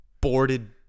boarded